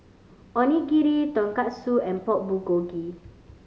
Onigiri Tonkatsu and Pork Bulgogi